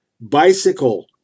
bicycle